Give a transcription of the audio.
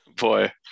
Boy